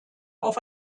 auf